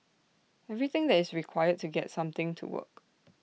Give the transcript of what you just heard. everything that is required to get something to work